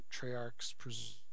Treyarch's